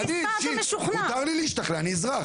אני אישית, מותר לי להשתכנע, אני אזרח.